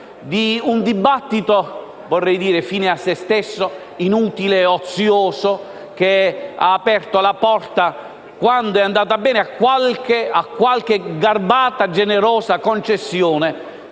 di un dibattito fine a se stesso, inutile e ozioso che ha aperto la porta, quando è andata bene, a qualche garbata e generosa concessione